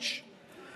וסמוטריץ'.